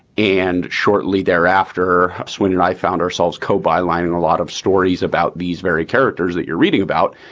and shortly thereafter, swin and i found ourselves co byline in a lot of stories about these very characters that you're reading about.